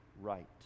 right